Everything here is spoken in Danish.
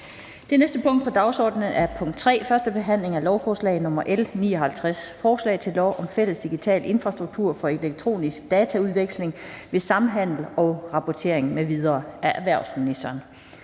Det næste punkt på dagsordenen er: 3) 1. behandling af lovforslag nr. L 59: Forslag til lov om fælles digital infrastruktur for elektronisk dataudveksling ved samhandel og rapportering m.v. Af erhvervsministeren